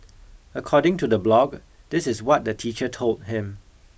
according to the blog this is what the teacher told him